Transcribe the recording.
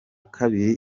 kabiri